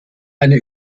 einer